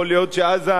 יכול להיות שאז,